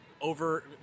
over